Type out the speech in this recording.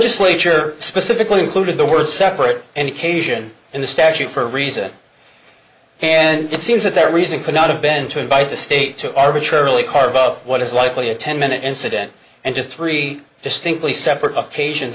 just later specifically included the word separate and occasion in the statute for a reason and it seems that their reason could not have been to invite the state to arbitrarily carve up what is likely a ten minute incident and just three distinctly separate